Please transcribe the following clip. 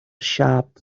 shop